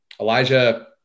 Elijah